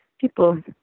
People